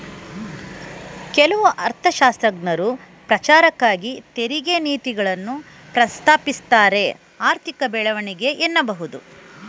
ಕೆಲವು ಅರ್ಥಶಾಸ್ತ್ರಜ್ಞರು ಪ್ರಚಾರಕ್ಕಾಗಿ ತೆರಿಗೆ ನೀತಿಗಳನ್ನ ಪ್ರಸ್ತಾಪಿಸುತ್ತಾರೆಆರ್ಥಿಕ ಬೆಳವಣಿಗೆ ಎನ್ನಬಹುದು